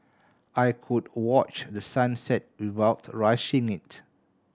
I could watch the sun set without rushing it